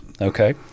okay